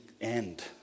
end